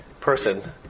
person